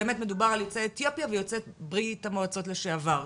באמת מדובר על יוצאי אתיופיה ויוצאי ברית המועצות לשעבר.